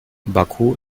baku